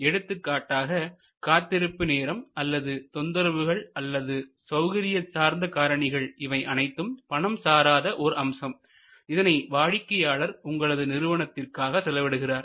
எடுத்துக்காட்டாக காத்திருப்பு நேரம் அல்லது தொந்தரவுகள் அல்லது சௌகரிய சார்ந்த காரணிகள் இவை அனைத்தும் பணம் சாராத ஓர் அம்சம் இதனை வாடிக்கையாளர் உங்களது நிறுவனத்திற்காக செலவிடுகின்றனர்